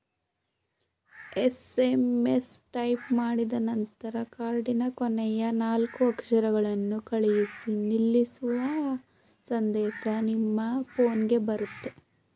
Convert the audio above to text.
SMS type ಮಾಡಿದನಂತರ ಕಾರ್ಡಿನ ಕೊನೆಯ ನಾಲ್ಕು ಅಕ್ಷರಗಳನ್ನು ಕಳಿಸಿ ನಿಲ್ಲಿಸುವ ಸಂದೇಶ ನಿಮ್ಮ ಫೋನ್ಗೆ ಬರುತ್ತೆ